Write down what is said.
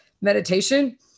meditation